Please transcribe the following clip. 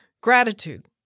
Gratitude